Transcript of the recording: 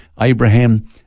Abraham